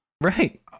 Right